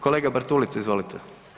Kolega Bartulica, izvolite.